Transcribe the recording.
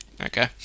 Okay